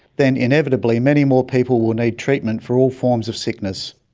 then inevitably many more people will need treatment for all forms of sickness.